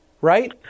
Right